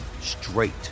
straight